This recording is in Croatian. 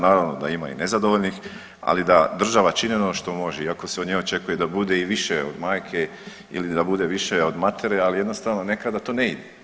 Naravno da ima i nezadovoljnih, ali da država čini ono što može iako se od nje očekuje da bude i više od majke ili da bude više od matere, ali jednostavno nekada to ne ide.